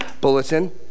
bulletin